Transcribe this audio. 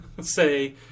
say